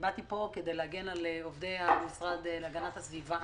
באתי לכאן כדי להגן על עובדי המשרד להגנת הסביבה